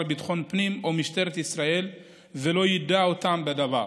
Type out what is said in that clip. לביטחון פנים או ממשטרת ישראל ולא יידע אותם בדבר.